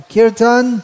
Kirtan